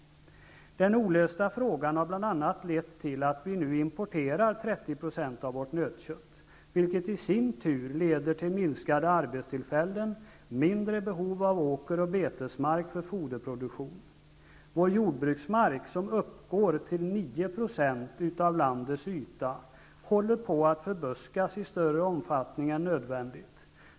Det olösta problemet har bl.a. lett till att vi nu importerar 30 % av vårt nötkött, vilket i sin tur leder till färre arbetstillfällen och mindre behov av åker och betesmark för foderproduktion. Vår jordbruksmark, som uppgår till 9 % av landets yta, håller på att förbuskas i större omfattning än nödvändigt.